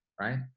right